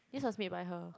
this was made by her